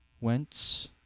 Wentz